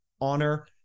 honor